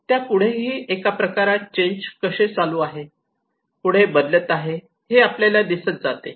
त्यापुढेही हे एका प्रकारात चेंज कसे चालू आहे पुढे बदलत आहे हे आपणास दिसत जाते